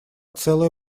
целое